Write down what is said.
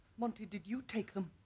monty did you take them?